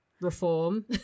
reform